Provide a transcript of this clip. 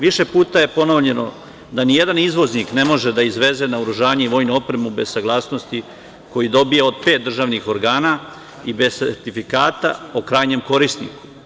Više puta je ponovljeno da nijedan izvoznik ne može da izveze naoružanje i vojnu opremu bez saglasnosti koju dobija od pet državnih organa i bez sertifikata o krajnjem korisniku.